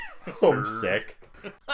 homesick